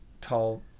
tall